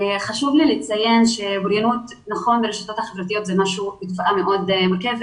חשוב לי לציין שהרשתות החברתיות זה משהו מאוד מורכב